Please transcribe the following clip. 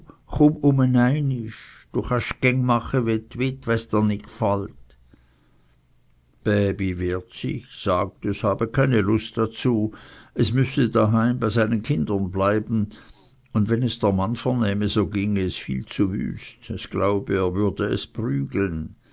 we's dr nit gfallt bäbi wehrt sich sagt es habe keine lust dazu es müsse daheim bei seinen kindern bleiben und wenn es der mann vernähme so ginge es viel zu wüst es glaube er würde es prügeln